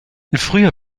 früher